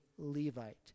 Levite